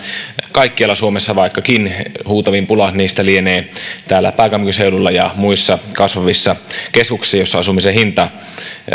kaikkialla suomessa vaikkakin huutavin pula niistä lienee täällä pääkaupunkiseudulla ja muissa kasvavissa keskuksissa joissa asumisen hinta